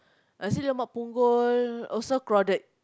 nasi-lemak Punggol also crowded